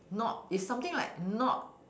not it's something like not